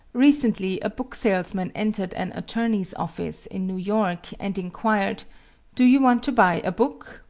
recently a book-salesman entered an attorney's office in new york and inquired do you want to buy a book?